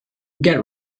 get